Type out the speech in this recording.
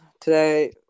today